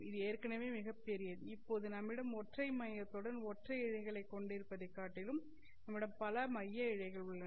இது ஏற்கனவே மிகப் பெரியது இப்போது நம்மிடம் ஒற்றை மையத்துடன் ஒற்றை இழைகளைக் கொண்டிருப்பதைக் காட்டிலும் நம்மிடம் பல மைய இழைகள் உள்ளன